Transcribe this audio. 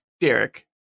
Derek